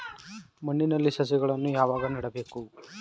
ಮಣ್ಣಿನಲ್ಲಿ ಸಸಿಗಳನ್ನು ಯಾವಾಗ ನೆಡಬೇಕು?